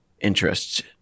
interests